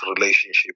relationship